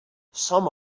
some